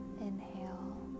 inhale